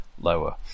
lower